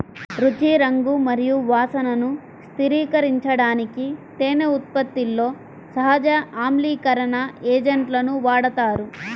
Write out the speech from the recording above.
రుచి, రంగు మరియు వాసనను స్థిరీకరించడానికి తేనె ఉత్పత్తిలో సహజ ఆమ్లీకరణ ఏజెంట్లను వాడతారు